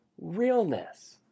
realness